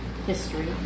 history